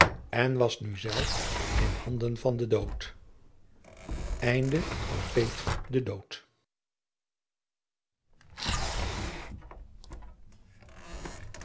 en was nu zelf in handen van den dood